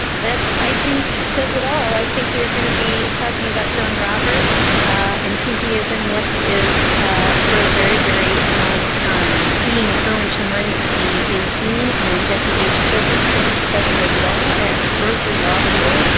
that i think says it all, i think we are going to be talking about john roberts and who he is and what he is ah for a very, very long time. dean erwin chemerinsky is dean and jesse h. choper, distinguished professor of law at berkeley law school.